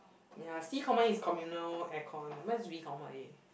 ya C comma is communal aircon mine is V comma A